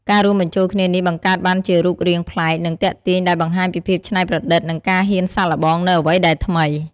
ការរួមបញ្ចូលគ្នានេះបង្កើតបានជារូបរាងប្លែក និងទាក់ទាញដែលបង្ហាញពីភាពច្នៃប្រឌិត និងការហ៊ានសាកល្បងនូវអ្វីដែលថ្មី។